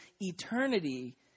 eternity